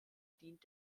dient